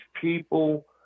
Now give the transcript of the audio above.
people